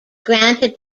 granted